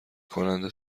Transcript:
کننده